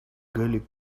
gully